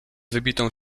wybitą